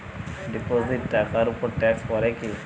Deposit টাকার উপর tax পড়ে কি?